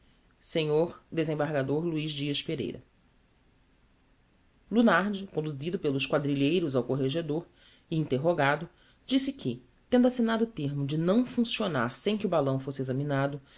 or luiz dias pereira lunardi conduzido pelos quadrilheiros ao corregedor e interrogado disse que tendo assignado termo de não funccionar sem que o balão fosse examinado